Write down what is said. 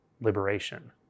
liberation